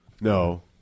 No